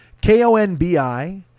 K-O-N-B-I